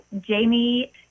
Jamie